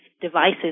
devices